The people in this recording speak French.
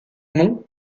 nom